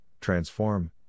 Transform